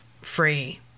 free